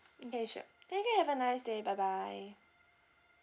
okay sure thank you have a nice day bye bye